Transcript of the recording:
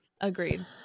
Agreed